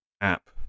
app